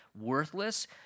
worthless